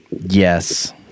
Yes